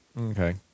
Okay